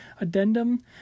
addendum